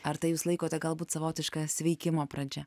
ar tai jūs laikote galbūt savotiška sveikimo pradžia